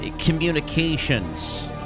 communications